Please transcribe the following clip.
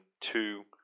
two